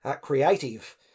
Creative